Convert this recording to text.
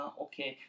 okay